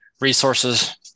resources